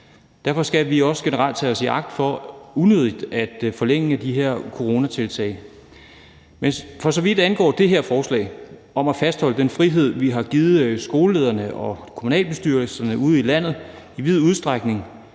Derfor skal vi også generelt tage os i agt for unødigt at forlænge de her coronatiltag. Men for så vidt angår det her forslag om at fastholde den frihed, vi har givet skolelederne og kommunalbestyrelserne ude i landet, til i vid udstrækning